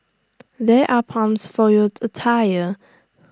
there are pumps for your A tyre